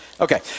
Okay